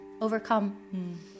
overcome